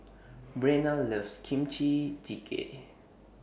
Brenna loves Kimchi Jjigae